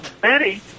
Betty